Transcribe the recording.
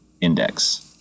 index